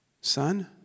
son